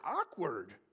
awkward